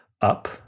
up